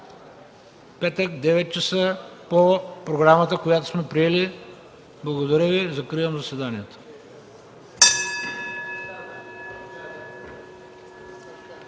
петък, 9,00 ч., по програмата, която сме приели. Благодаря Ви. Закривам заседанието.